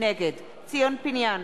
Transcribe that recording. נגד ציון פיניאן,